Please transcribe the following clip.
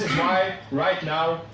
why, right now,